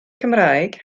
cymraeg